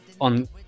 on